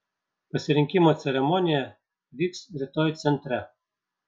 pasirinkimo ceremonija vyks rytoj centre